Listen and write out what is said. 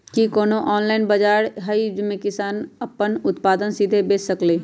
कि कोनो ऑनलाइन बाजार हइ जे में किसान अपन उत्पादन सीधे बेच सकलई ह?